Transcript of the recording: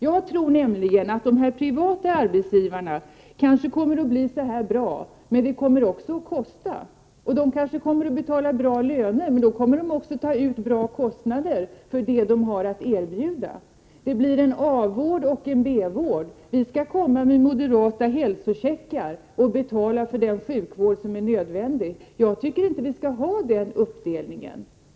Jag tror nämligen att de privata arbetsgivarna kommer att bli så här bra, men det kommer också att kosta. De kommer kanske att betala bra löner, men då kommer de också att ta ut bra kostnader för vad de har att erbjuda. Det blir en A-vård och en B-vård. Vi skulle komma med moderata hälsocheckar och betala för den sjukvård som är nödvändig. Jag tycker inte att vi skall ha den uppdelningen.